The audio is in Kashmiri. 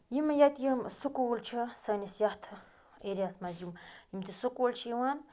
یِم ییٚتہِ یِم سکول چھِ سٲنِس یَتھ ایریا ہَس مَنٛز یِم یِم تہِ سکول چھِ یِوان